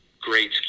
great